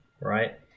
right